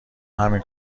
همین